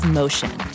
motion